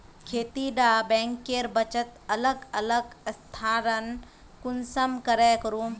खेती डा बैंकेर बचत अलग अलग स्थानंतरण कुंसम करे करूम?